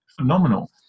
phenomenal